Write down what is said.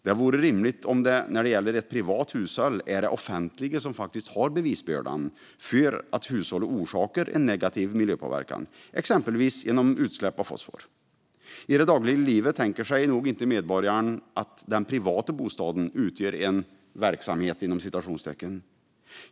Det vore rimligt att det, när det gäller ett privat hushåll, är det offentliga som har bevisbördan för att hushållet orsakar en negativ miljöpåverkan, exempelvis genom utsläpp av fosfor. I det dagliga livet tänker sig nog inte medborgaren att den privata bostaden utgör en "verksamhet".